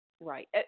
Right